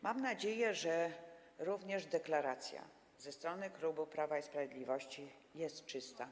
Mam nadzieję, że również deklaracja ze strony klubu Prawa i Sprawiedliwości jest czysta.